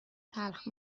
تلخ